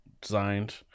designed